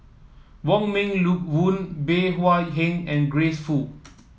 Wong Meng Voon Bey Hua Heng and Grace Fu